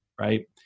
right